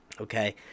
Okay